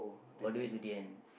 all the way to the end